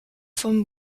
von